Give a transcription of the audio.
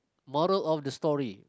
moral of the story